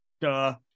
Duh